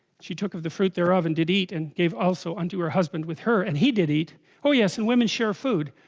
she took of the fruit thereof and did eat and gave, also unto her husband with her and he did oh yes and women share food